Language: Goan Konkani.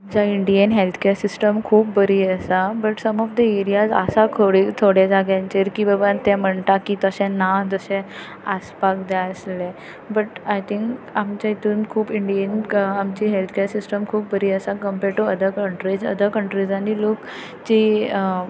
आमच्या इंडीयेंत हॅल्थ कॅर सिस्टम खूब बरी आसा but some of the areas आसा थोड्या जाग्यांचेर की बाबा ते म्हणटात की तशें ना जशें आसपाक जाय आसलें बट आय थींक आमचे इतून खूब इंडयेन आमची हॅल्थ कॅर सिस्टम खूब बरी आसा compare to other countries other कंट्रीजांनी लोक जी